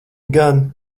gan